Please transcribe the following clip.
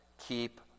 keep